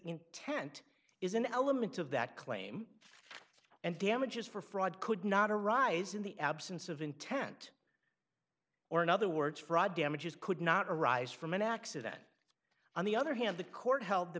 intent is an element of that claim and damages for fraud could not arise in the absence of intent or in other words fraud damages could not arise from an accident on the other hand the court held th